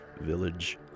Village